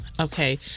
Okay